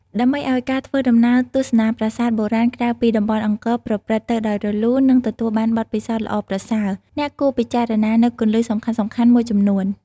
ដើម្បីឲ្យការធ្វើដំណើរទស្សនាប្រាសាទបុរាណក្រៅពីតំបន់អង្គរប្រព្រឹត្តទៅដោយរលូន និងទទួលបានបទពិសោធន៍ល្អប្រសើរ អ្នកគួរពិចារណានូវគន្លឹះសំខាន់ៗមួយចំនួន។